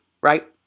right